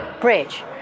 Bridge